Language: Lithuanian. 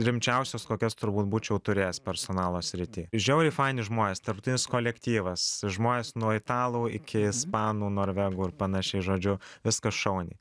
rimčiausios kokias turbūt būčiau turėjęs personalo srity žiauriai faini žmonės tarptautinis kolektyvas žmonės nuo italų iki ispanų norvegų ir panašiai žodžiu viskas šauniai